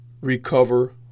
recover